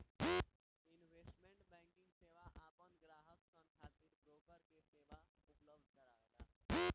investment banking सेवा आपन ग्राहक सन खातिर ब्रोकर के सेवा उपलब्ध करावेला